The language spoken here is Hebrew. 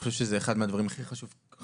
חושב שזה אחד מהדברים הכי חשובים,